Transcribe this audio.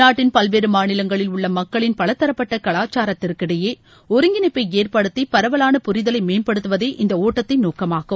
நாட்டின் பல்வேறு மாநிலங்களில் உள்ள மக்களின் பலதரப்பட்ட கலாச்சாரத்திற்கிடையே ஒருங்கிணைப்பை ஏற்படுத்தி பரவலான புரிதலை மேம்படுத்துவதே இந்த ஒட்டத்தின் நோக்கமாகும்